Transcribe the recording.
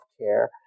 care